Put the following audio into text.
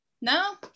No